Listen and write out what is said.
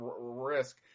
risk